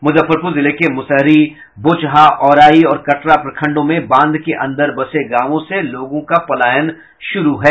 मुजफ्फरपुर जिले के मुसहरी बोचहा औराई और कटरा प्रखंडों में बांध के अंदर बसे गांवों से लोगों का पलायन शुरू हो गया है